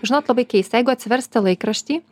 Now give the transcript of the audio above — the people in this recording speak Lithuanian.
žinot labai keista jeigu atsiversite laikraštį